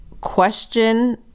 question